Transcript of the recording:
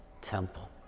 temple